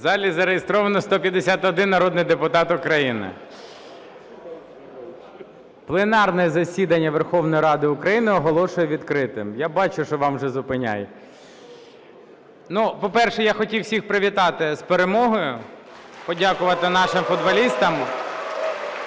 В залі зареєстрований 151 народний депутат України. Пленарне засідання Верховної Ради України оголошую відкритим. Я бачу, що вам вже зупиняють. Ну, по-перше, я хотів всіх привітати з перемогою, подякувати нашим футболістам